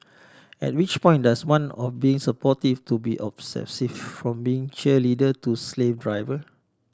at which point does one or being supportive to be obsessive from being cheerleader to slave driver